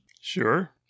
Sure